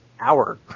Hour